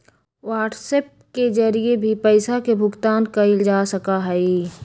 WhatsApp के जरिए भी पैसा के भुगतान कइल जा सका हई